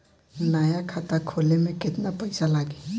नया खाता खोले मे केतना पईसा लागि?